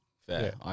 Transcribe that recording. fair